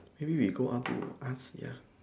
maybe we go out to ask ya